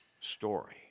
story